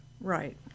right